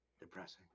Depressing